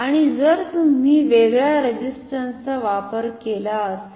आणि जर तुम्ही वेगळ्या रेझिस्टंसचा वापर केला असेल